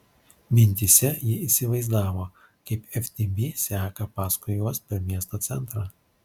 mintyse ji įsivaizdavo kaip ftb seka paskui juos per miesto centrą